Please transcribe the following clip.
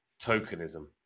tokenism